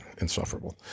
insufferable